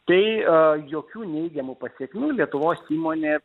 tai jokių neigiamų pasekmių lietuvos įmonė